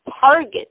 target